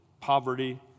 poverty